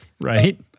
right